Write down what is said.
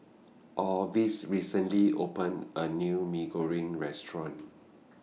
Orvis recently opened A New Mee Goreng Restaurant